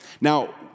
Now